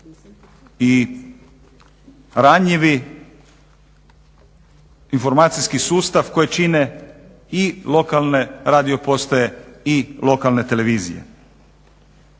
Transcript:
i ranjivi informacijski sustav koji čine i lokalne radio postaje i lokalne televizije.